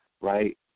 right